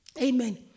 Amen